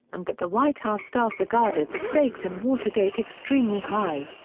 and that the white house staff regarded the stakes in watergate extremely high.